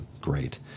great